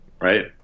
Right